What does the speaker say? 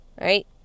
right